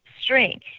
string